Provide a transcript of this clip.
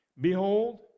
Behold